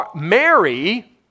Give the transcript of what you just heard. Mary